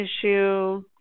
issue